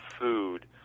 food